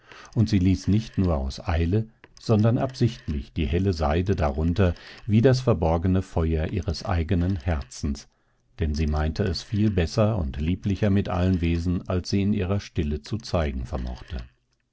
und sie ließ nicht nur aus eile sondern absichtlich die helle seide darunter wie das verborgene feuer ihres eigenen herzens denn sie meinte es viel besser und lieblicher mit allen wesen als sie in ihrer stille zu zeigen vermochte